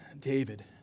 David